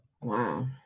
Wow